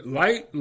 light